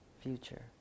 future